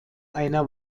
einer